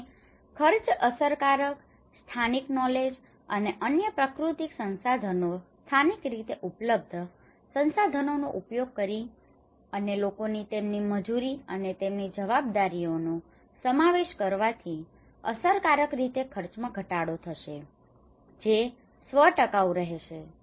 અને ખર્ચ અસરકારક સ્થાનિક નોલેજ અને અન્ય પ્રાકૃતિક સંસાધનો સ્થાનિક રીતે ઉપલબ્ધ સંસાધનોનો ઉપયોગ કરીને અને લોકોની તેમની મજૂરી અને તેમની જવાબદારીઓનો સમાવેશ કરવાથી અસરકારક રીતે ખર્ચમાં ઘટાડો થશે જે સ્વ ટકાઉ રહેશે